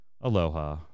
Aloha